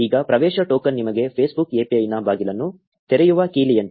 ಈಗ ಪ್ರವೇಶ ಟೋಕನ್ ನಿಮಗೆ ಫೇಸ್ಬುಕ್ API ನ ಬಾಗಿಲನ್ನು ತೆರೆಯುವ ಕೀಲಿಯಂತೆ